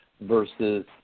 versus